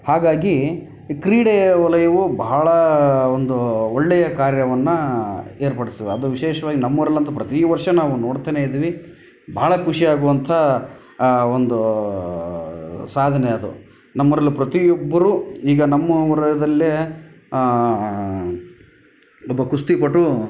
ಹಾಗಾಗಿ ಈ ಕ್ರೀಡೆಯ ವಲಯವು ಬಹಳ ಒಂದು ಒಳ್ಳೆಯ ಕಾರ್ಯವನ್ನು ಏರ್ಪಡಿಸ್ತೀವಿ ವಿಶೇಷವಾಗಿ ನಮ್ಮೂರಲ್ಲಂತು ಪ್ರತಿ ವರ್ಷ ನಾವು ನೋಡ್ತನೇ ಇದ್ವಿ ಭಾಳ ಖುಷಿಯಾಗುವಂಥ ಒಂದು ಸಾಧನೆ ಅದು ನಮ್ಮುರಲ್ಲಿ ಪ್ರತಿಯೊಬ್ಬರು ಈಗ ನಮ್ಮ ಊರಲ್ಲೇ ಒಬ್ಬ ಕುಸ್ತಿಪಟು